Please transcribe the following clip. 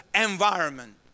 environment